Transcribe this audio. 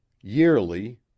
Yearly